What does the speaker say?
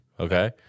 Okay